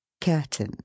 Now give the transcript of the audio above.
Curtain